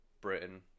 Britain